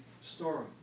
story